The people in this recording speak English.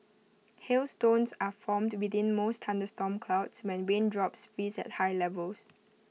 hailstones are formed within most thunderstorm clouds when raindrops freeze at high levels